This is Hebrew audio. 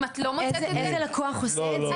אם את לא מוצאת את זה --- איזה לקוח עושה את זה?